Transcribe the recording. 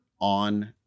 on